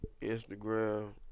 Instagram